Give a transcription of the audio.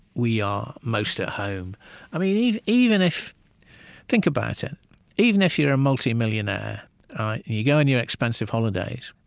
we are most at home um even even if think about it even if you're a multimillionaire, and you go on your expensive holidays,